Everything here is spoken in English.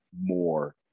more